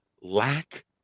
lack